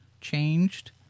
changed